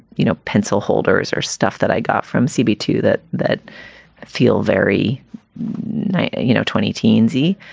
you know, pencil holders or stuff that i got from seabee to that that feel very nice. you know, twenty teensy.